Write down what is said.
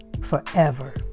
forever